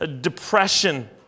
depression